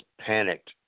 panicked